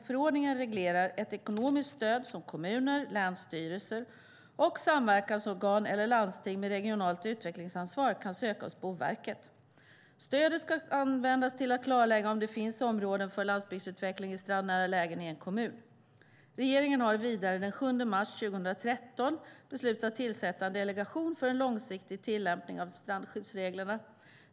Förordningen reglerar ett ekonomiskt stöd som kommuner, länsstyrelser och samverkansorgan eller landsting med regionalt utvecklingsansvar kan söka hos Boverket. Stödet ska användas till att klarlägga om det finns områden för landsbygdsutveckling i strandnära lägen i en kommun. Regeringen har vidare den 7 mars 2013 beslutat att tillsätta en delegation för en långsiktig tillämpning av strandskyddsreglerna.